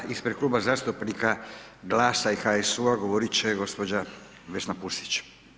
Sada ispred kluba zastupnika GLAS-a i HSU-a govorit će gđa. Vesna Pusić.